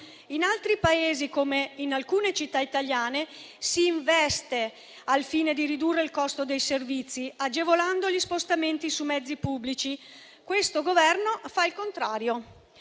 In altri Paesi, come in alcune città italiane, si investe al fine di ridurre il costo dei servizi, agevolando gli spostamenti su mezzi pubblici. Questo Governo fa il contrario: